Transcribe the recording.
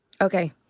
Okay